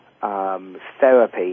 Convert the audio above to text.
Therapy